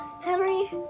Henry